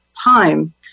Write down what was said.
time